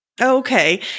Okay